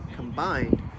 combined